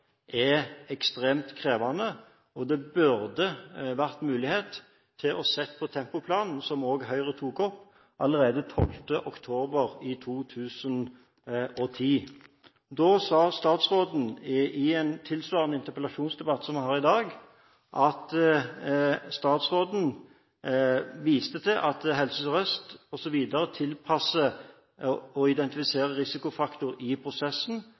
er ekstremt krevende, og det burde ha vært mulig å se på tempoplanen, som også Høyre tok opp allerede 12. oktober 2010. Da sa statsråden i en interpellasjonsdebatt tilsvarende den som vi har i dag, at ifølge Helse Sør-Øst er tilpasset bemanning en identifisert risikofaktor i prosessen,